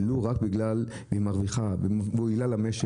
ולו רק בגלל שהיא מרוויחה ומועילה למשק?